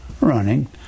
running